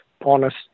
honest